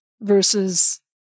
versus